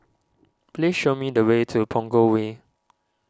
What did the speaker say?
please show me the way to Punggol Way